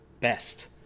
best